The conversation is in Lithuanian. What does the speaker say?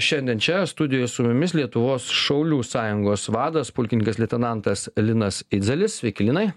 šiandien čia studijoj su mumis lietuvos šaulių sąjungos vadas pulkininkas leitenantas linas idzelis sveiki linai